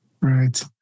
Right